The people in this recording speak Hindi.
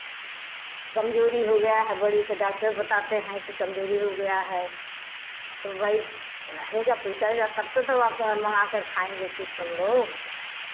कमजोरी हो गया है बड़ी तो डाक्टर बताते हैं कि कमजोरी हो गया है तो भई रहेगा पैसा जब तब तो दवा मंगाकर खाएँगे कुछ हम लोग